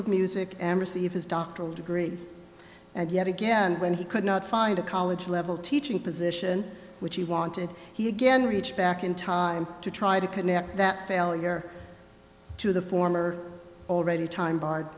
of music and receive his doctoral degree and yet again when he could not find a college level teaching position which he wanted he again reach back in time to try to connect that failure to the former already time barred